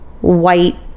White